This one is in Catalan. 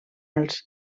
els